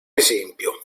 esempio